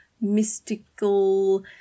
mystical